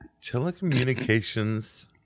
Telecommunications